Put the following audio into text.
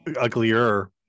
Uglier